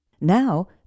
Now